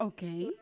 Okay